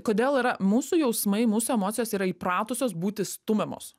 kodėl yra mūsų jausmai mūsų emocijos yra įpratusios būti stumiamos